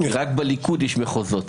רק בליכוד יש מחוזות,